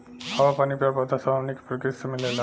हवा, पानी, पेड़ पौधा सब हमनी के प्रकृति से मिलेला